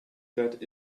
that